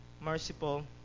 merciful